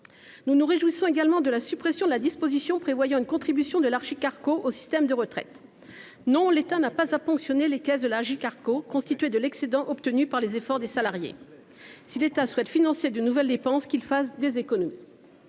Nous nous réjouissons également de la suppression de la disposition prévoyant une contribution de l’Agirc Arrco au système de retraite. L’État n’a pas à ponctionner les caisses de ces complémentaires, constituées de l’excédent obtenu par les efforts des salariés. Si l’État souhaite financer de nouvelles dépenses, qu’il fasse des économies.